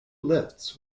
lifts